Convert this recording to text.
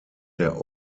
der